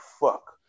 fuck